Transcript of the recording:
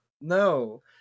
No